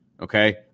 okay